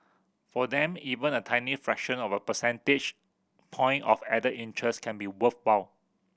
for them even a tiny fraction of a percentage point of added interest can be worthwhile